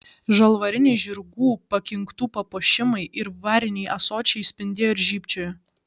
žalvariniai žirgų pakinktų papuošimai ir variniai ąsočiai spindėjo ir žybčiojo